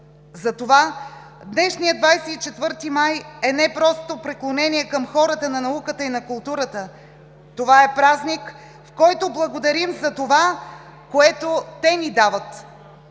Затова днешният 24 май е не просто преклонение към хората на науката и на културата, това е празник, в който благодарим за това, което те ни дават.